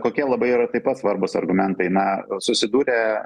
kokie labai yra taip pat svarbūs argumentai na susidūrė